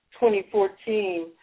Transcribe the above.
2014